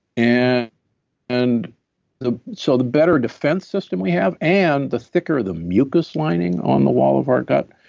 and and the so the better defense system we have and the thicker the mucus lining on the wall of our gut,